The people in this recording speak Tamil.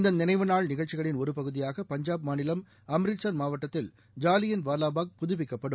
இந்த நினைவு நாள் நிகழ்ச்சிகளின் ஒரு பகுதியாக பஞ்சாப் மாநிலம் அம்ரிட்ஸர் மாவட்டத்தில் ஜாலியன் வாலாபாக் புதுப்பிக்கப்படும்